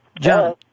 John